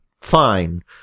Fine